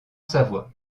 savoie